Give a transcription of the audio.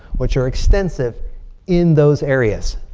which are extensive in those areas.